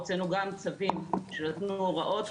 הוצאנו גם צווים שנתנו הוראות,